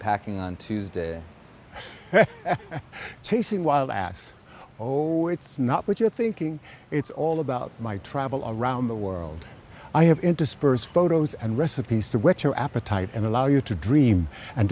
packing on tuesday chasing wild ass or it's not what you're thinking it's all about my travel around the world i have interspersed photos and recipes to whet your appetite and allow you to dream and